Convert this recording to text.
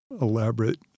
elaborate